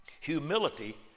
Humility